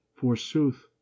forsooth